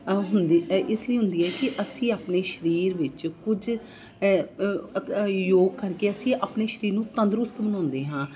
ਹੁੰਦੀ ਇਸ ਲਈ ਹੁੰਦੀ ਹੈ ਕਿ ਅਸੀਂ ਆਪਣੇ ਸਰੀਰ ਵਿੱਚ ਕੁਝ ਯੋਗ ਕਰਕੇ ਅਸੀਂ ਆਪਣੇ ਸਰੀਰ ਨੂੰ ਤੰਦਰੁਸਤ ਬਣਾਉਂਦੇ ਹਾਂ